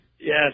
Yes